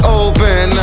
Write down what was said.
open